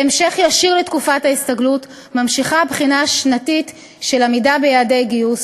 כהמשך ישיר לתקופת ההסתגלות ממשיכה הבחינה השנתית של העמידה ביעדי גיוס.